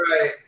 Right